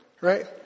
right